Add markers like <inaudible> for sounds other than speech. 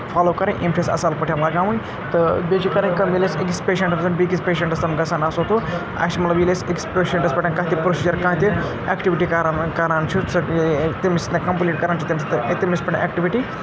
follow کَرٕنۍ یِم چھِ اَسہِ اَصٕل پٲٹھۍ لَگاوٕنۍ تہٕ بیٚیہِ چھِ کَرٕنۍ کٲم ییٚلہِ أسۍ أکِس پیشَنٹَس بیٚیہِ کِس پیشَنٹَس تام گژھان آسو تو اَسہِ چھُ مطلب ییٚلہِ أسۍ أکِس پیشَنٹَس پٮ۪ٹھ کانٛہہ تہِ پرٛوسیٖجَر کانٛہہ تہِ ایٚکٹِوِٹی کَرا کَران چھِ تٔمِس <unintelligible> کَمپٕلیٖٹ کَران چھِ تٔمِس تٔمِس پٮ۪ٹھ اٮ۪کٹِوِٹی